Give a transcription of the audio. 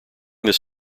this